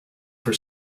for